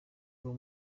ngo